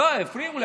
לא, הפריעו לי.